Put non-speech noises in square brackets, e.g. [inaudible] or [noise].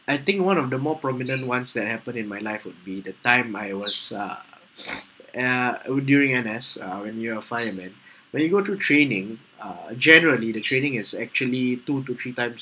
I think one of the more prominent ones that happened in my life would be the time I was uh [noise] in uh I was doing N_S uh when you're a fireman when you go through training uh generally the training is actually two to three times